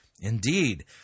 Indeed